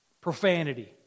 Profanity